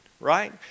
right